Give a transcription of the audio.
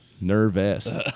nervous